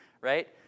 Right